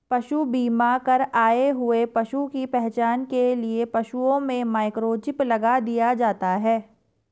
पशु बीमा कर आए हुए पशु की पहचान के लिए पशुओं में माइक्रोचिप लगा दिया जाता है